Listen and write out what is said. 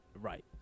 Right